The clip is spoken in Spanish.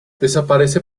desaparece